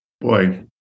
Boy